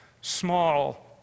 small